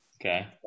Okay